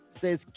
says